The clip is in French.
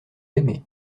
aimez